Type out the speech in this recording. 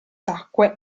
tacque